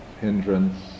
hindrance